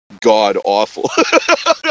god-awful